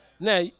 Now